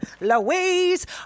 Louise